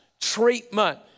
treatment